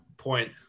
point